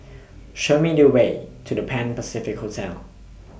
Show Me The Way to The Pan Pacific Hotel